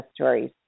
stories